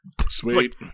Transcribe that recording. Sweet